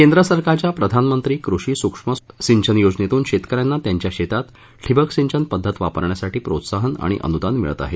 केंद्र सरकारच्या प्रधानमंत्री कृषी सुक्ष्म सिंचन योजनेतून शेतक यांना त्यांच्या शेतात ठिबक सिंचन पद्धत वापरण्यासाठी प्रोत्साहन आणि अनुदान मिळत आहे